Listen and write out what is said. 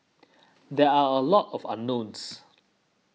there are a lot of unknowns